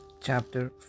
chapter